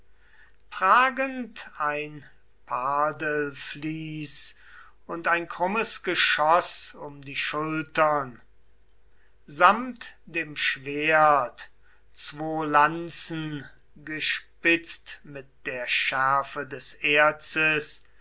tragend ein pardelvlies und ein krummes geschoß um die schultern samt dem schwert zwo lanzen gespitzt mit der schärfe des erzes